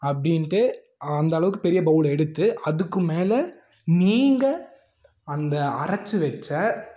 அப்படின்டு அந்தளவுக்கு பெரிய பவுல் எடுத்து அதுக்கு மேலே நீங்கள் அந்த அரைச்சி வைச்ச